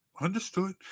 Understood